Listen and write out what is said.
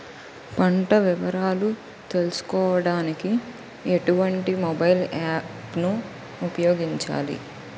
పంట వివరాలు తెలుసుకోడానికి ఎటువంటి మొబైల్ యాప్ ను ఉపయోగించాలి?